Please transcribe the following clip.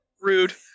Rude